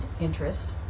interest